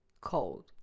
cold